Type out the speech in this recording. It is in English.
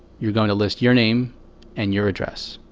you're going to list your name and your address.